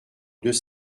deux